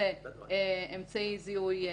זאת אומרת, אני יוצא רגע מהסעיף של היועץ,